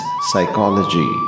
psychology